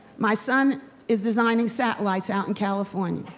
my son is designing satellites out in california.